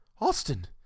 Austin